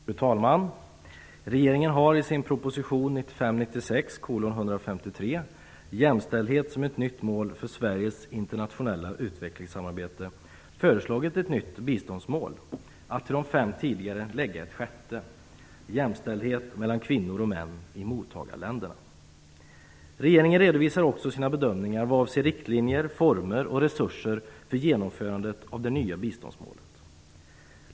Fru talman! Regeringen har i sin proposition 1995/96:153, Jämställdhet som ett nytt mål för Sveriges internationella utvecklingssamarbete, föreslagit ett nytt biståndsmål. Man vill till de fem tidigare lägga ett sjätte - jämställdhet mellan kvinnor och män i mottagarländerna. Regeringen redovisar också sina bedömningar vad avser riktlinjer, former och resurser för genomförandet av det nya biståndsmålet.